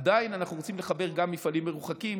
עדיין אנחנו רוצים לחבר גם מפעלים מרוחקים,